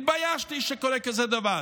התביישתי שקורה דבר כזה.